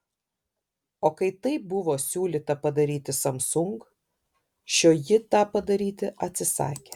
o kai tai buvo siūlyta padaryti samsung šioji tą padaryti atsisakė